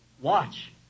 Watch